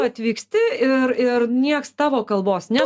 atvyksti ir ir nieks tavo kalbos ne